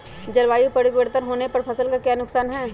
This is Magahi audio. जलवायु परिवर्तन होने पर फसल का क्या नुकसान है?